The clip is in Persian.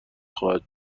خواهد